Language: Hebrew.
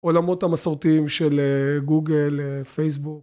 עולמות המסורתיים של גוגל, פייסבוק